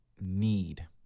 need